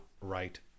right